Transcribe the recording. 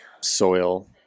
soil